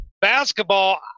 Basketball